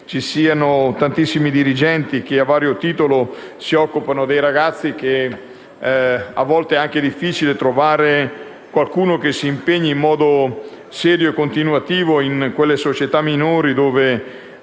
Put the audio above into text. Ci sono tantissimi dirigenti che, a vario titolo, si occupano dei ragazzi e a volte è anche difficile trovare qualcuno che si impegni in modo serio e continuativo in quelle società minori che